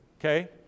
Okay